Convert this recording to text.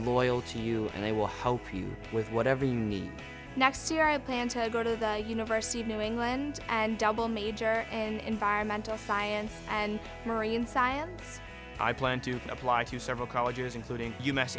loyal to you and they will help you with whatever you need next year i plan to go to the university of new england and double major and environmental science and marine science i plan to apply to several colleges including u